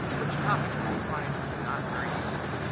which topics did you find not very useful?